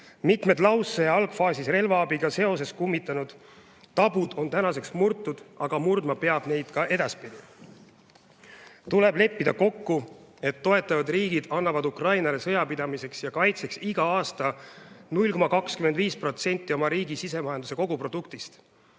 Mitmed laussõja algfaasis relvaabiga seoses kummitanud tabud on tänaseks murtud, aga murdma peab neid ka edaspidi. Tuleb leppida kokku, et toetavad riigid annavad Ukrainale sõjapidamiseks ja kaitseks igal aastal 0,25% oma riigi sisemajanduse kogutoodangust.